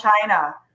China